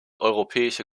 europäische